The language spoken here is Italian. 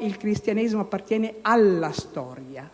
Il Cristianesimo appartiene alla storia.